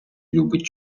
любить